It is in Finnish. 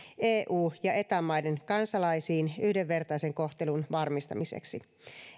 eu ja eta maiden kansalaisiin yhdenvertaisen kohtelun varmistamiseksi